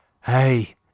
Hey